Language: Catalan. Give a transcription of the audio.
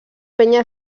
penya